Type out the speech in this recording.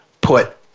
Put